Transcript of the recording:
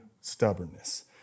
stubbornness